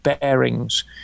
bearings